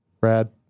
Brad